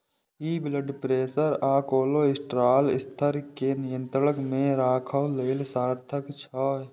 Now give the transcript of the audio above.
ई blood pressure आ cholesterol स्तर कें नियंत्रण मे राखै लेल सार्थक छै